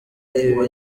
ibi